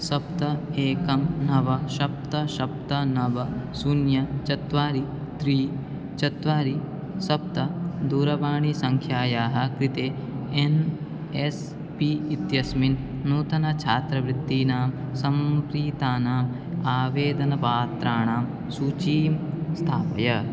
सप्त एकं नव सप्त सप्त नव शून्यं चत्वारि त्रीणि चत्वारि सप्त दूरवाणीसङ्ख्यायाः कृते एन् एस् पी इत्यस्मिन् नूतनछात्रवृत्तीनां समर्पितानाम् आवेदनपत्राणां सूचीं स्थापय